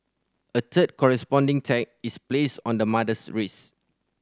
a third corresponding tag is placed on the mother's wrist